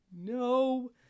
no